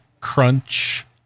crunch